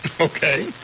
Okay